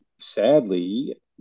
Sadly